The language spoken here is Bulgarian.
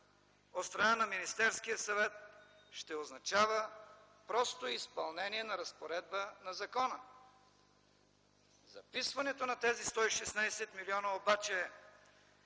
страна на Министерския съвет ще означава просто изпълнение на разпоредба на закона. Записването на тези 116 млн. лв. обаче